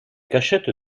cachette